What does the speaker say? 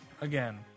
again